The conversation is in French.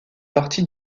partie